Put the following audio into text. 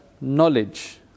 knowledge